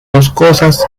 boscosas